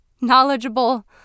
knowledgeable